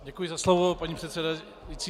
Děkuji za slovo, paní předsedající.